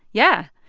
yeah,